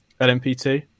LMP2